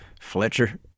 Fletcher